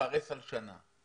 מתפרס על שנה.